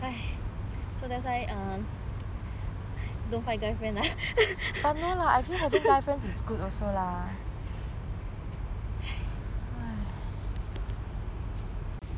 !aiya! so that's why um don't find guy friend